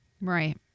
Right